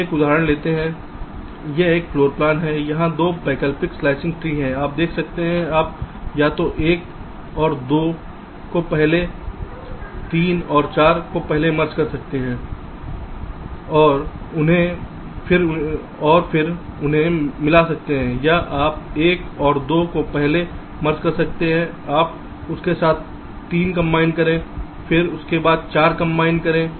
हम एक उदाहरण लेते हैं यह एक फ्लोर प्लान है वहां दो वैकल्पिक स्लाइसिंग ट्री हैं आप देख सकते हैं आप या तो 1 और 2 को पहले 3 और 4 को पहले मर्ज कर सकते हैं और फिर उन्हें मिला सकते हैं या आप 1 और 2 को पहले मर्ज कर सकते हैं आप इसके साथ 3 कंबाइन करें फिर इसके साथ 4 कंबाइन करें